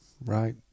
right